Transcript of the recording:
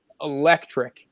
electric